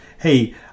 Hey